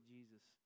Jesus